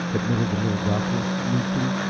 admitted the little doctor, meekly.